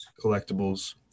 collectibles